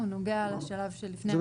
הוא נוגע לשלב של לפני הביצוע.